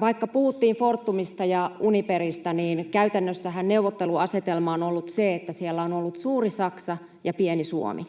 Vaikka puhuttiin Fortumista ja Uniperista, niin käytännössähän neuvotteluasetelma on ollut se, että siellä on ollut suuri Saksa ja pieni Suomi.